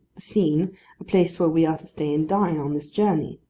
the scene, a place where we are to stay and dine, on this journey.